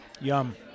Yum